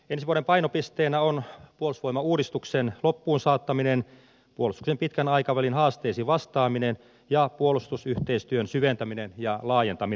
ensi vuoden painopisteenä on puolustusvoimauudistuksen loppuunsaattaminen puolustuksen pitkän aikavälin haasteisiin vastaaminen ja puolustusyhteistyön syventäminen ja laajentaminen